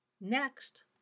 Next